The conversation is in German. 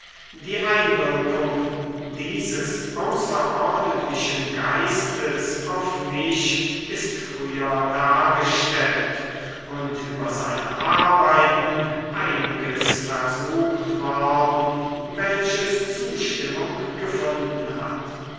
die einwirkung dieses außerordentlichen geistes auf mich ist früher dargestellt und über seine arbeiten einiges versucht worden welches zustimmung gefunden hat